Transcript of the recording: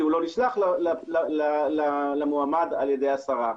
כי הוא לא נשלח למועמד על ידי השרה.